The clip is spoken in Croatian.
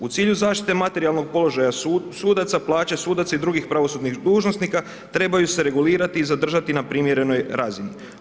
U cilju zaštite materijalnog položaja sudaca, plaće sudaca i drugih pravosudnih dužnosnika trebaju se regulirati i zadržati na primjerenoj razini.